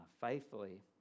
faithfully